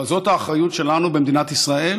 אבל זו האחריות שלנו במדינת ישראל,